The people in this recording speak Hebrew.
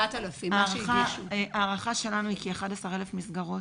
זה 4,000. ההערכה שלנו היא כ-11,000 מסגרות.